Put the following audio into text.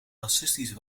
racistisch